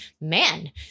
man